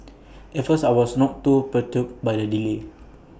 at first I was not too perturbed by the delay